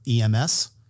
EMS